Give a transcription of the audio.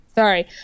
Sorry